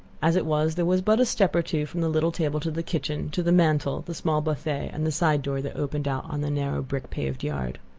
as it was there was but a step or two from the little table to the kitchen, to the mantel, the small buffet, and the side door that opened out on the narrow brick-paved yard.